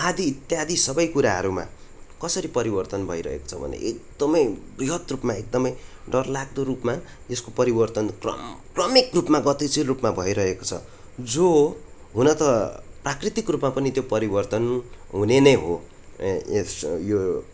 आदी इत्यादि सबै कुराहरूमा कसरी परिवर्तन भइरहेको छ भने एकदमै बृहत रूपमा एकदमै डरलाग्दो रूपमा यस्को परिवर्तन क्रम क्रामिक रूपमा गतिशील रूपमा भइरहेको छ जो हुन त प्राकृतिक रूपमा पनि त्यो परिवर्तन हुने नै हो यस यो